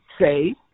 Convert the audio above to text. say